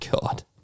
God